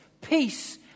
peace